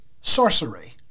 sorcery